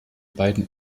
beiden